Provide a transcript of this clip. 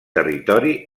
territori